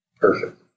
Perfect